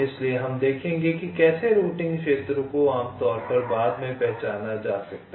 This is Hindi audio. इसलिए हम देखेंगे कि कैसे रूटिंग क्षेत्रों को आम तौर पर बाद में पहचाना जा सकता है